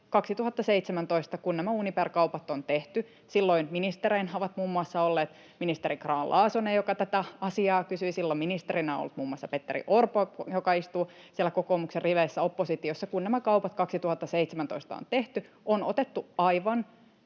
2017, kun nämä Uniper-kaupat on tehty, ministereinä ovat olleet muun muassa ministeri Grahn-Laasonen, joka tätä asiaa kysyi, ja ministerinä on ollut muun muassa Petteri Orpo, joka istuu siellä kokoomuksen riveissä oppositiossa. Kun nämä kaupat 2017 on tehty, on otettu aivan